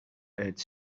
edge